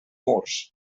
murs